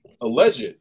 alleged